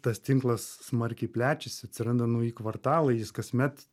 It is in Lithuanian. tas tinklas smarkiai plečiasi atsiranda nauji kvartalai jis kasmet